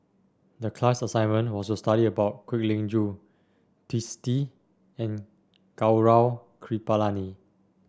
the class assignment was to study about Kwek Leng Joo Twisstii and Gaurav Kripalani